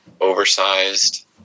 oversized